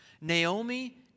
Naomi